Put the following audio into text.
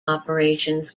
operations